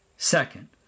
Second